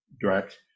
direct